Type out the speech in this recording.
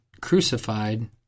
crucified